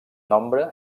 nombre